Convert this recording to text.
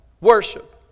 Worship